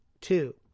Two